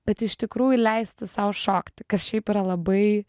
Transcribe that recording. bet iš tikrųjų leisti sau šokti kas šiaip yra labai